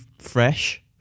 fresh